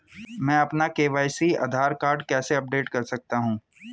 मैं अपना e KYC Aadhaar card कैसे अपडेट कर सकता हूँ?